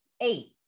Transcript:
eight